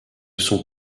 sont